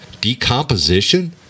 decomposition